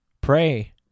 pray